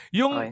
yung